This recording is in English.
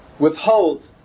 withhold